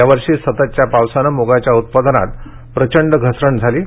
या वर्षी सततच्या पावसाने मुगाच्या उत्पादनात प्रचंड घसरण झाली आहे